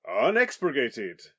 unexpurgated